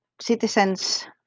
citizens